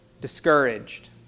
discouraged